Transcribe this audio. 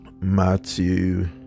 Matthew